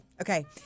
Okay